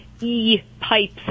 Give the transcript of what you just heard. e-pipes